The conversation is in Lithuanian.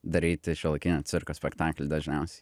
daryti šiuolaikinio cirko spektaklį dažniausiai